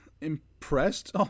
impressed